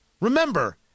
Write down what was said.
Remember